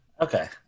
okay